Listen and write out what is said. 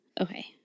Okay